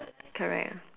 correct ah